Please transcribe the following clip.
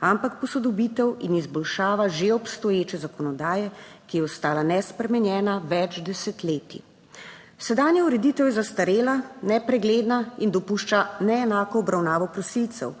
ampak posodobitev in izboljšava že obstoječe zakonodaje, ki je ostala nespremenjena več desetletij. Sedanja ureditev je zastarela, nepregledna in dopušča neenako obravnavo prosilcev.